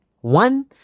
one